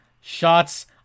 shots